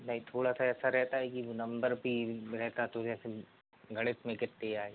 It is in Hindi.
नहीं थोड़ा सा ऐसा रहता है कि वह नंबर पर रहता तो जैसे गणित में कितने आए